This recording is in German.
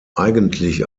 eigentlich